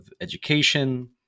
education